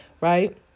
right